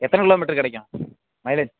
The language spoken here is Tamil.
எத்தனைக் கிலோ மீட்ரு கிடைக்கும் மைலேஜ்